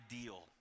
ideal